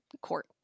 court